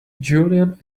julian